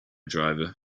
driver